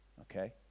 okay